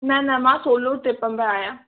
न न मां सोलो ट्रिप में आहियां